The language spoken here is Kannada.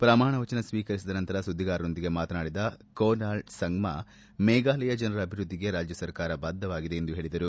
ಪ್ರಮಾಣವಚನ ಸ್ನೀಕರಿಸಿದ ನಂತರ ಸುದ್ಲಿಗಾರರೊಂದಿಗೆ ಮಾತನಾಡಿದ ಕೊನಾರ್ಡ್ ಸಂಗ್ತಾ ಮೇಘಾಲಯ ಜನರ ಅಭಿವೃದ್ಲಿಗೆ ರಾಜ್ಲಸರ್ಕಾರ ಬದ್ದವಾಗಿದೆ ಎಂದು ಹೇಳಿದರು